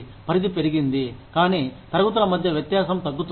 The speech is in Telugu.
పరిధి పెరిగింది కానీ తరగతుల మధ్య వ్యత్యాసం తగ్గుతుంది